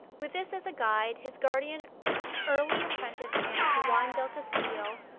with this as a guide his guardian early apprenticed him to juan del castillo,